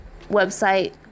website